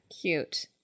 Cute